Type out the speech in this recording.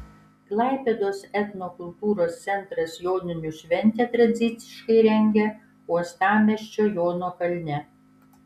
klaipėdos etnokultūros centras joninių šventę tradiciškai rengia uostamiesčio jono kalne